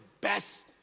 best